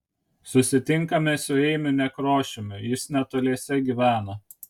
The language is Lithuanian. susitinkame su eimiu nekrošiumi jis netoliese gyvena